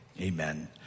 amen